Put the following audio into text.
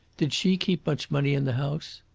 did she keep much money in the house?